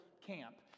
camp